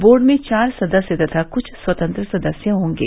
board में चार सदस्य तथा कुछ स्वतंत्र सदस्य होंगे